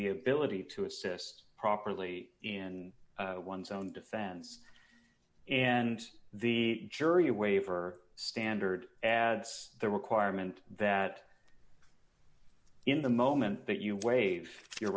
the ability to assist properly in one's own defense and the jury waiver standard as the requirement that in the moment that you waive your